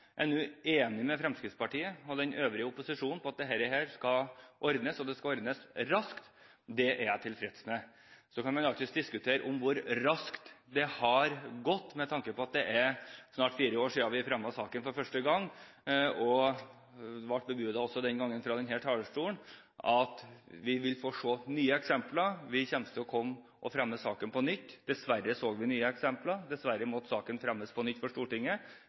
skal ordnes og ordnes raskt, det er jeg tilfreds med. Man kan alltids diskutere hvor raskt det har gått, med tanke på at det er snart fire år siden vi fremmet saken for første gang. Det ble også den gangen bebudet fra denne talerstolen at vi ville få se nye eksempler, og at vi kom til å fremme saken på nytt. Dessverre så vi nye eksempler, og dessverre måtte saken fremmes for Stortinget på nytt,